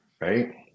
Right